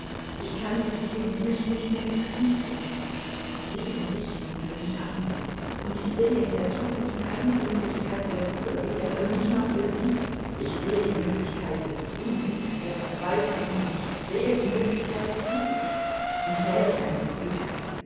ich kann mir sie und mich nicht mehr getrennt denken sie und ich sind für mich eines und ich sehe in der zukunft keine möglichkeit der ruhe weder für mich noch für sie ich sehe die möglichkeit des unglücks der verzweiflung und ich sehe die möglichkeit des glückes und welch eines glückes